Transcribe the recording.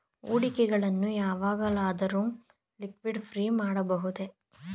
ಹೂಡಿಕೆಗಳನ್ನು ಯಾವಾಗಲಾದರೂ ಲಿಕ್ವಿಡಿಫೈ ಮಾಡಬಹುದೇ?